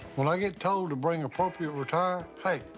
when i get told to bring appropriate attire, hey,